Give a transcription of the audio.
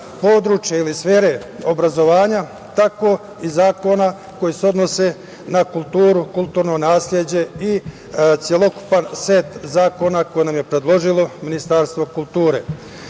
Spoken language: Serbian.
područja ili sfere obrazovanja, tako i zakona koji se odnose na kulturu, kulturno nasleđe i celokupan set zakona koji nam je predložilo Ministarstvo kulture. Krenuću